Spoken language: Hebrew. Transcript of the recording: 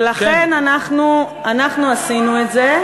הצעת החוק ולכן אנחנו עשינו את זה.